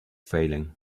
failing